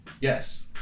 Yes